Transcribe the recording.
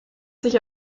sich